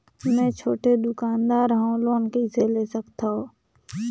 मे छोटे दुकानदार हवं लोन कइसे ले सकथव?